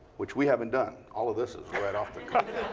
which we haven't done. all of this is right off the